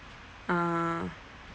ah